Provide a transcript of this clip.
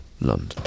London